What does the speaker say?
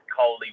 Coley